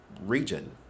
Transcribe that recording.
region